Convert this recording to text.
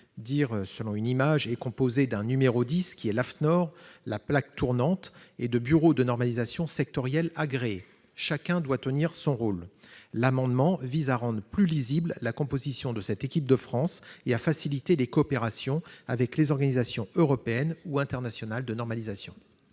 » de la normalisation comprend un numéro 10, l'AFNOR, qui est la plaque tournante, et de bureaux de normalisation sectoriels agréés. Chacun doit tenir son rôle. Le présent amendement vise à rendre plus lisible la composition de cette équipe de France et à faciliter des coopérations avec les organisations européennes ou internationales de normalisation.